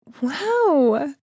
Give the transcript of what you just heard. Wow